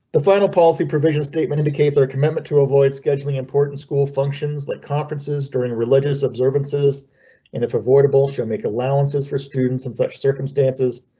the final policy provision statement indicates our commitment to avoid scheduling important school functions like conferences during religious observances and, if avoidable, show make allowances for students in such circumstances.